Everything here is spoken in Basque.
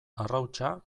arrautsa